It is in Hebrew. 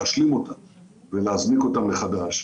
להשלים אותה ולהזניק אותה מחדש,